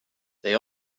they